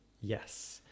Yes